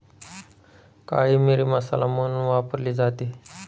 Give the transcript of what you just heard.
काळी मिरी मसाला म्हणून वापरली जाते